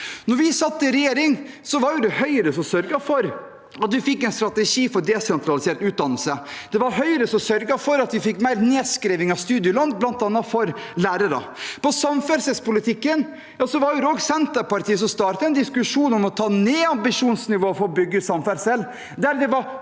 Da vi satt i regjering, var det Høyre som sørget for at vi fikk en strategi for desentralisert utdannelse. Det var Høyre som sørget for at vi fikk mer nedskriving av studielån, bl.a. for lærere. På samferdselspolitikken var det Senterpartiet som startet en diskusjon om å ta ned ambisjonsnivået for å bygge ut samferdsel,